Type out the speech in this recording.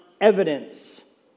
evidence